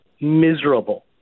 miserable